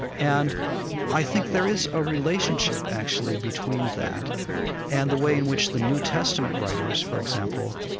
and i think there is a relationship actually between that and the way in which the new testament writers, for example,